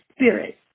Spirit